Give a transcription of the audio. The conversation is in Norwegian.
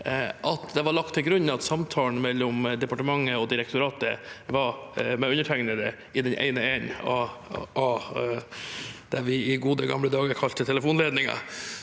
det var lagt til grunn at samtalen mellom departementet og direktoratet var med undertegnede i den ene enden av det vi i gode, gamle dager kalte telefonledningen.